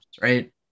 right